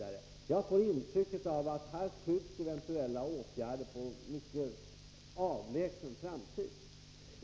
Jag får intryck av att eventuella åtgärder kommer att skjutas på en mycket avlägsen framtid.